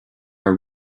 are